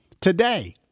Today